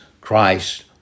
Christ